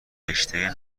رشتهء